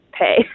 pay